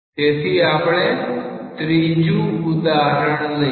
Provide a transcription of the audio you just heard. તેથી આપણે ત્રીજું ઉદાહરણ લઈએ